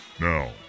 Now